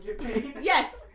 Yes